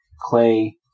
Clay